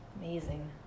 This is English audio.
Amazing